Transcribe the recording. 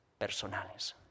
personales